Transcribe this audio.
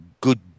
good